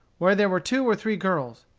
where there were two or three girls.